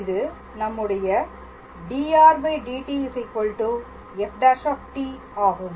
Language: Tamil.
இது நம்முடைய dr dt f′ ஆகும்